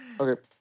Okay